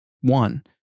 One